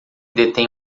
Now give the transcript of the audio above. detém